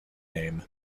name